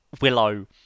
Willow